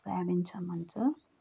सेभेनसम्म छ